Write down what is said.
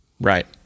Right